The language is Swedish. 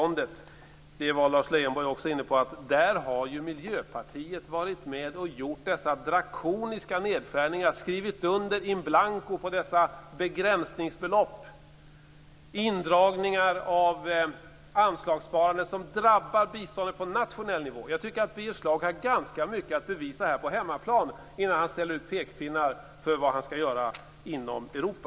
Lars Leijonborg var också inne på att Miljöpartiet har varit med och gjort dessa drakoniska nedskärningar av biståndet. Man har skrivit under in blanco på dessa begränsningsbelopp och indragningar av anslagen som drabbar biståndet på nationell nivå. Jag tycker att Birger Schlaug har ganska mycket att bevisa på hemmaplan innan kommer med pekpinnar om vad han skall göra i Europa.